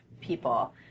people